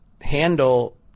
handle